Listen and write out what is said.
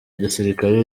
gisirikare